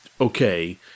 okay